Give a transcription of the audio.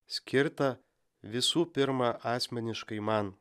skirtą visų pirma asmeniškai man